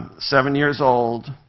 seven years old,